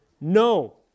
No